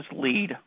LEAD